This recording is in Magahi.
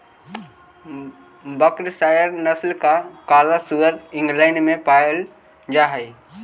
वर्कशायर नस्ल का काला सुअर इंग्लैण्ड में पायिल जा हई